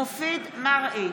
מופיד מרעי,